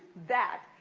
that.